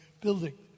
building